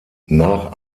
nach